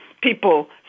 people